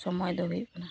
ᱥᱳᱢᱚᱭ ᱫᱚ ᱦᱩᱭᱩᱜ ᱠᱟᱱᱟ